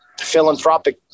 philanthropic